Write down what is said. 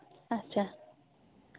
اچھا